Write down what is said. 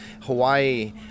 Hawaii